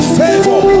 favor